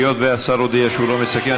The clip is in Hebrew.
היות שהשר הודיע שהוא לא מסכם,